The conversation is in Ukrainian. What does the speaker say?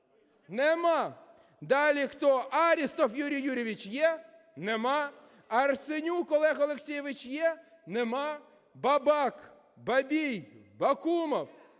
Нема. Далі хто. Арістов Юрій Юрійович є? Нема. Арсенюк Олег Олексійович є? Нема. Бабак, Бабій, Бакумов.